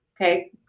Okay